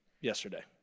yesterday